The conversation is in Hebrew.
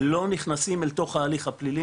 לא נכנסים בתוך ההליך הפלילי,